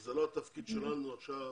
וזה לא התפקיד שלנו עכשיו